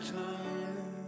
time